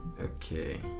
okay